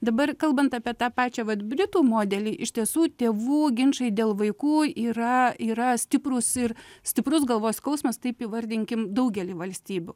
dabar kalbant apie tą pačią vat britų modelį iš tiesų tėvų ginčai dėl vaikų yra yra stiprūs ir stiprus galvos skausmas taip įvardinkim daugely valstybių